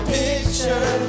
picture